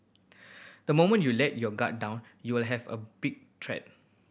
the moment you let your guard down you will have a big threat